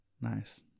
Nice